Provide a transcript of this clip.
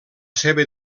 seva